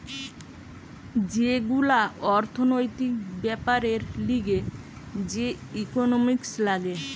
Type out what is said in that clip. সব গুলা অর্থনৈতিক বেপারের লিগে যে ইকোনোমিক্স লাগে